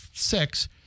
Six